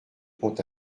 pont